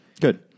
Good